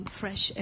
fresh